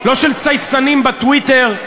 לא של צייצנים בטוויטר.